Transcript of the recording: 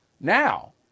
Now